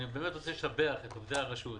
אני באמת רוצה לשבח את עובדי הרשות.